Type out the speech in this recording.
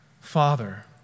Father